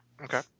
Okay